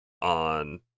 on